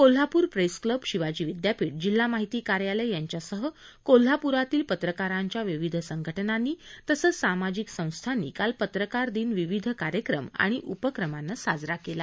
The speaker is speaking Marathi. कोल्हापूर प्रेस क्लब शिवाजी विद्यापीठ जिल्हामाहिती कार्यालय यांच्यासह कोल्हापुरातील पत्रकारांच्या विविध संघटनांनी तसंच सामाजिक संस्थांनी काल पत्रकार दिन विविध कार्यक्रम आणि उपक्रमानं साजरा केला